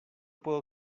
puedo